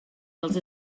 dels